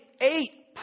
eight